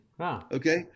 Okay